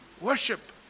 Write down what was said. worship